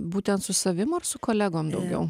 būtent su savim ar su kolegom daugiau